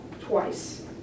twice